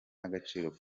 n’agaciro